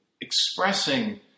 expressing